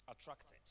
attracted